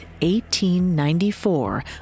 1894